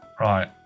Right